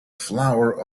flower